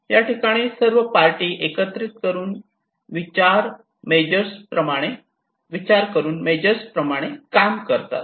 याठिकाणी सर्व पार्टी एकत्रित विचार करून मेजर्स प्रमाणे काम करतात